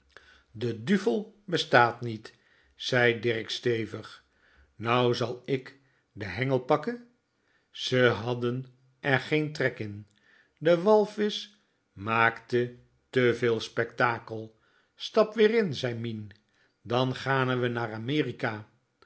n i e t zei dirk stevig nou zal k de hengel pie ze hadden er geen trek in de walvisch maakte te veel spektakel stap weer in zei mien dan gane we na amerika